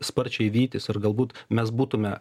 sparčiai vytis ir galbūt mes būtume